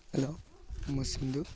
hello ମୁଁ ସିଧୁ